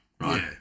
Right